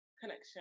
connection